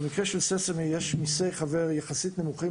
במקרה של "SESAMI" יש מיסי חבר יחסית נמוכים